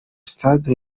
stade